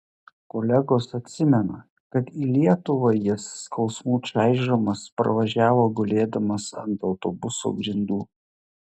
kolegos atsimena kad į lietuvą jis skausmų čaižomas parvažiavo gulėdamas ant autobuso grindų